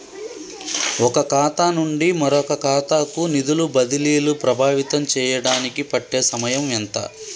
ఒక ఖాతా నుండి మరొక ఖాతా కు నిధులు బదిలీలు ప్రభావితం చేయటానికి పట్టే సమయం ఎంత?